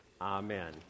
Amen